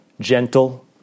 gentle